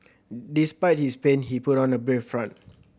despite his pain he put on a brave front